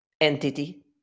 entity